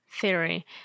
theory